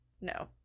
No